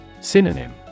Synonym